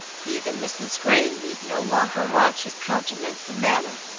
even mrs grey need no longer watch his countenance and manner,